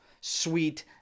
sweet